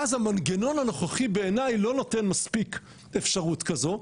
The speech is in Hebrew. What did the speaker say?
ואז המנגנון הנוכחי בעיניי לא נותן מספיק אפשרות כזו,